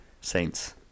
Saints